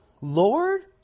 Lord